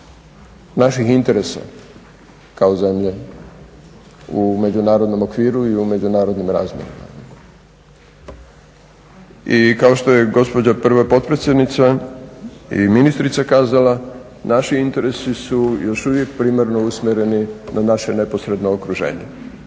naših interesa kao zemlje u međunarodnom okviru i međunarodnim razmjerima. I kao što je gospođa prva potpredsjednica i ministrica kazala naši interesi su još uvijek primarno usmjereni na naše neposredno okruženje.